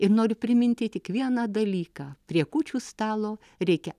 ir noriu priminti tik vieną dalyką prie kūčių stalo reikia